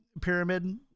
pyramid